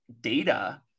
data